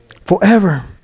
forever